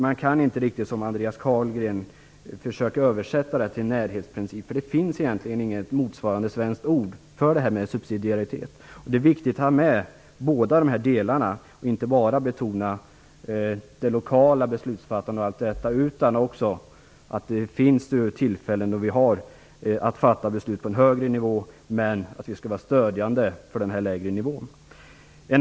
Man kan egentligen inte försöka översätta detta till närhetsprincip, som Andreas Carlgren gör. Det finns egentligen inget motsvarande svenskt ord för subsidiaritet. Det är viktigt att ha med båda dessa delar och inte bara betona det lokala beslutsfattandet. Det finns också tillfällen då vi har att fatta beslut på en högre nivå, men vi skall vara stödjande för den lägre nivån.